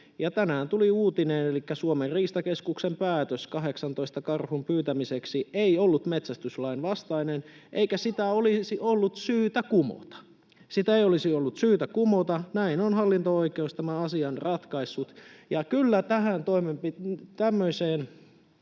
Tänään tuli uutinen, elikkä Suomen riistakeskuksen päätös 18 karhun pyytämiseksi ei ollut metsästyslain vastainen eikä sitä olisi ollut syytä kumota. Sitä ei olisi ollut syytä kumota, näin on hallinto-oikeus tämän asian ratkaissut. Kyllä tämmöiseen toimintaan,